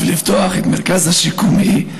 בשביל לפתוח את המרכז השיקומי,